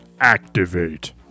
Activate